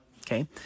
Okay